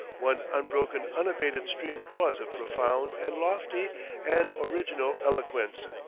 one unbroken, unabated stream it was of profound and lofty and original eloquence.